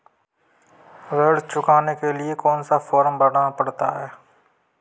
ऋण चुकाने के लिए कौन सा फॉर्म भरना पड़ता है?